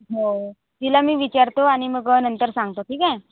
हो तिला मी विचारतो आणि मग नंतर सांगतो ठीक आहे